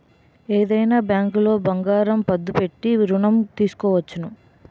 ఏదైనా బ్యాంకులో బంగారం పద్దు పెట్టి ఋణం తీసుకోవచ్చును